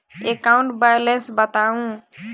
account balance बताउ